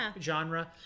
genre